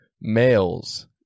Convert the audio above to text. males